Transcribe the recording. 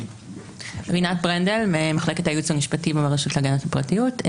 רינת ברנדל ממחלקת הייעוץ המשפטי ברשות להגנת הפרטיות.